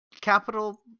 Capital